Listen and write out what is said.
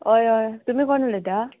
हय हय तुमी कोण उलयता